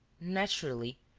naturally,